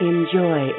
Enjoy